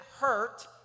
hurt